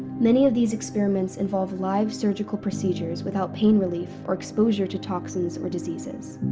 many of these experiments involve live surgical procedures without pain relief, or exposure to toxins or diseases.